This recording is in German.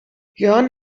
jörn